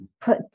put